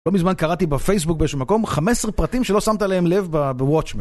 לא מזמן קראתי בפייסבוק באיזשהו מקום 15 פרטים שלא שמת עליהם לב ב-Watchman.